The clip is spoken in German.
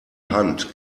hand